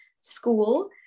school